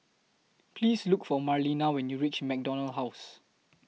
Please Look For Marlena when YOU REACH MacDonald House